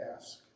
ask